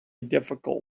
difficult